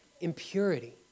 impurity